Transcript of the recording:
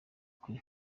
kuri